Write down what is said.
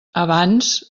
abans